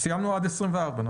קראנו עד סעיף 24?